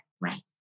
right